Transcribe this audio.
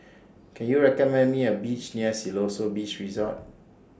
Can YOU recommend Me A Restaurant near Siloso Beach Resort